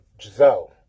Giselle